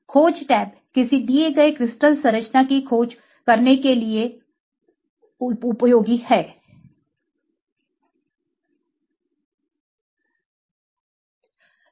खोज टैब किसी दिए गए क्रिस्टल संरचना की खोज करने के लिए उपयोग के लिए है